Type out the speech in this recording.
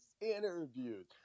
interviews